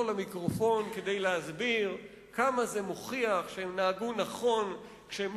למיקרופון כדי להסביר כמה זה מוכיח שהם נהגו נכון כשהם